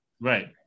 Right